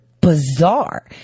Bizarre